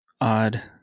odd